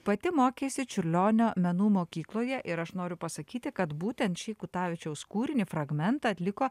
pati mokeisi čiurlionio menų mokykloje ir aš noriu pasakyti kad būtent šį kutavičiaus kūrinį fragmentą atliko